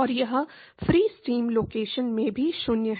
और यह free stream location में भी 0 है